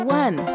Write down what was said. one